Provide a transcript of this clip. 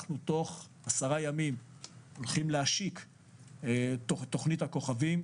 תוך 10 ימים אנחנו הולכים להשיק את תוכנית הכוכבים,